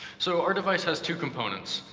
so our device has two components.